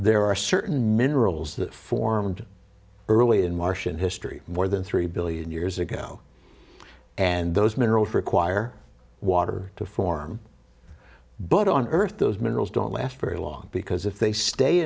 there are certain minerals that formed early in martian history more than three billion years ago and those minerals require water to form but on earth those minerals don't last very long because if they stay